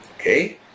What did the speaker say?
Okay